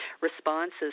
responses